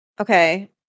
Okay